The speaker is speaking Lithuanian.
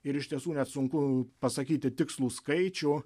ir iš tiesų net sunku pasakyti tikslų skaičių